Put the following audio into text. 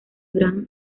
gran